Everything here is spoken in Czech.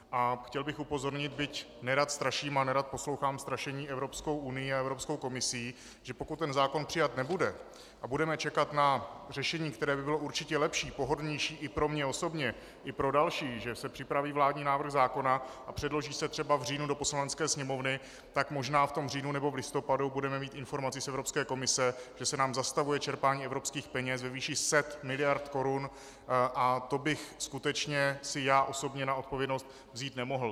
A chtěl bych upozornit, byť nerad straším a nerad poslouchám strašení Evropskou unií a Evropskou komisí, že pokud zákon přijat nebude a budeme čekat na řešení, které by bylo určitě lepší, pohodlnější i pro mě osobně i pro další, že se připraví vládní návrh zákona a předloží se třeba v říjnu do Poslanecké sněmovny, tak možná v říjnu nebo v listopadu budeme mít informaci z Evropské komise, že se nám zastavuje čerpání evropských peněz ve výši set miliard korun, a to bych skutečně si já osobně na odpovědnost vzít nemohl.